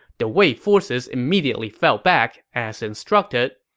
the wei forces immediately fell back, as instructed.